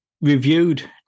reviewed